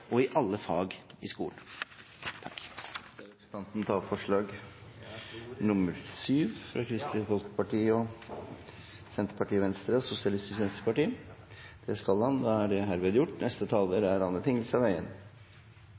og i alle fag i skolen. Skal representanten ta opp forslag? Ja. Da har representanten Anders Tyvand tatt opp forslag nr. 7, fra Kristelig Folkeparti, Senterpartiet, Venstre og Sosialistisk Venstreparti.